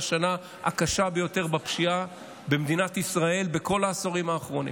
השנה הקשה ביותר בפשיעה במדינת ישראל בכל העשורים האחרונים.